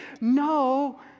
no